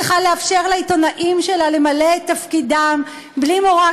וצריכה לאפשר לעיתונאים שלה למלא את תפקידם בלי מורא,